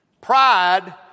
Pride